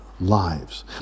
lives